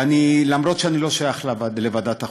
ואף-על-פי שאני לא שייך לוועדת החוקה,